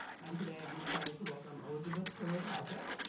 and today i'm excited to welcome elizabeth currid-halkett.